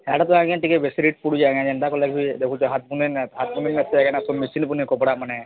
shirt ତ ଆଜ୍ଞା ଟିକେ ବେଶି ରେଟ୍ ପଡୁଛି ଯେନ୍ତା କ ଲାଗି ଦେଖୁଛ ବନ ନା ହାତ ପନି ମେସିନ୍ ଫୁନି କପଡ଼ା ମାନେ